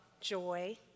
joy